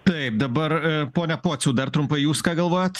taip dabar pone pociau dar trumpai jūs ką galvojot